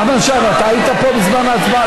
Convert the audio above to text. נחמן שי, אתה היית פה בזמן ההצבעה?